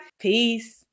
peace